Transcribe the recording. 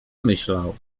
myślał